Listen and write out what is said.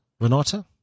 Renata